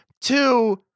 two